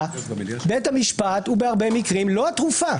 בית המשפט בהרבה מקרים הוא לא התרופה